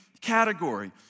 category